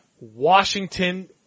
Washington